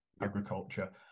agriculture